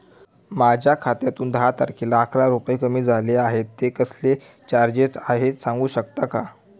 माझ्या खात्यातून दहा तारखेला अकरा रुपये कमी झाले आहेत ते कसले चार्जेस आहेत सांगू शकता का?